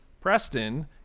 Preston